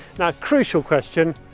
now crucial question,